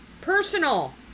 personal